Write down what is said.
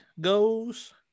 goes